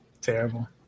Terrible